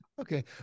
Okay